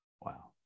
wow